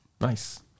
Nice